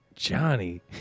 Johnny